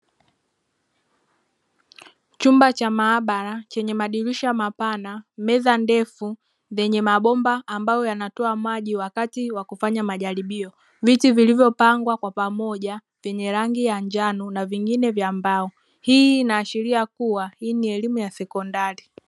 Chumba cha maabara chenye madirisha mapana meza ndefu zenye mabomba ambayo yanatoa maji wakati wa kufanya majaribio, viti vilivyopangwa kwa pamoja vyenye rangi ya njano na vingine vya mbao hii inaashiria kuwa hii ni elimu ya sekondari.